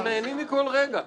אנחנו נהנים מכל רגע.